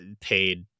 paid